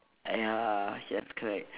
ya that's correct